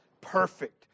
perfect